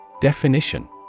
Definition